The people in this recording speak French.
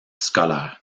scolaire